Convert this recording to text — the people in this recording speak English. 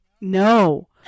No